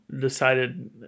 decided